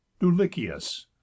dulichius